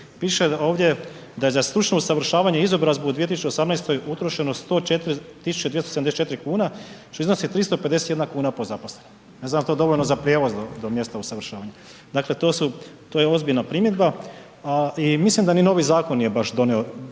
piše ovdje da je za stručno usavršavanje i izobrazbu u 2018. utrošeno 104 274 kn što iznosi 351 kn po zaposlenom. Ne znam jel to dovoljno za prijevoz do mjesta usavršavanja. Dakle to je ozbiljna primjedba. I mislim da ni novi zakon nije baš puno